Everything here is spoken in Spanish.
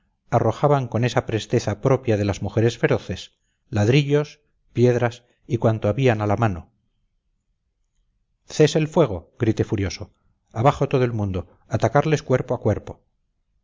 arrojaban con esa presteza propia de las mujeres feroces ladrillos piedras y cuanto habían a la mano cese el fuego grité furioso abajo todo el mundo atacarles cuerpo a cuerpo